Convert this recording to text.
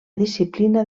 disciplina